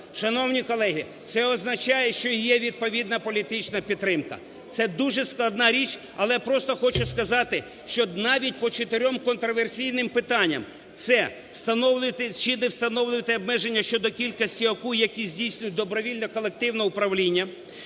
Шановні колеги, це означає, що є відповідна політична підтримка. Це дуже складна річ, але просто хочу сказати, що навіть по чотирьом контроверсійним запитанням, це: встановлювати чи не встановлювати обмеження щодо кількості ОКУ, які здійснюють добровільне колективне управління.